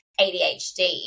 ADHD